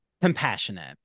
compassionate